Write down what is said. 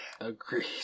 Agreed